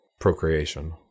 procreation